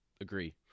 agree